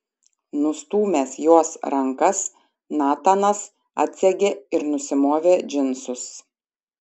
nustūmęs jos rankas natanas atsegė ir nusimovė džinsus